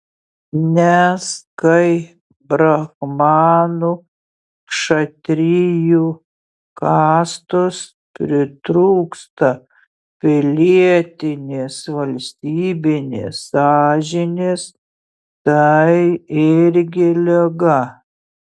nes kai brahmanų kšatrijų kastos pritrūksta pilietinės valstybinės sąžinės tai irgi liga